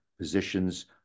positions